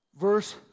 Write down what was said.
verse